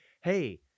hey